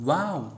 Wow